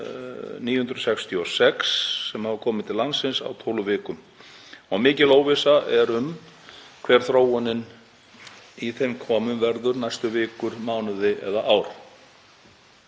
966 sem hafa komið til landsins á 12 vikum og mikil óvissa er um hver þróunin í þeim komum verður næstu vikur, mánuði eða ár.